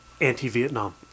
anti-Vietnam